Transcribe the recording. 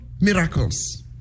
miracles